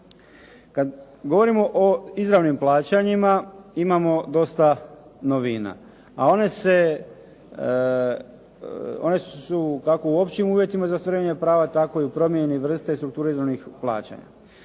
Kada govorimo o izravnim plaćanjima imamo dosta novina. A onda su kako u općim uvjetima za ostvarenje prava tako i promijenjene vrste strukture izravnih plaćanja.